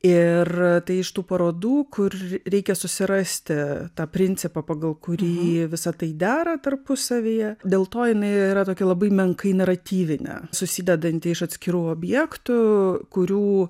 ir tai iš tų parodų kur reikia susirasti tą principą pagal kurį visa tai dera tarpusavyje dėl to jinai yra tokia labai menkai naratyvinė susidedanti iš atskirų objektų kurių